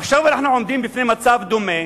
עכשיו אנחנו עומדים בפני מצב דומה.